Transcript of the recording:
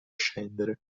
scendere